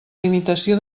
limitació